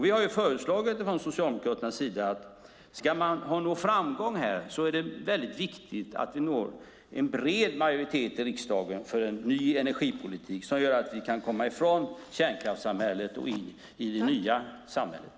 Vi har från Socialdemokraternas sida föreslagit att det om vi ska nå framgång i detta är väldigt viktigt att vi når en bred majoritet i riksdagen för en ny energipolitik som gör att vi kan komma ifrån kärnkraftssamhället och in i det nya samhället.